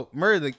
murder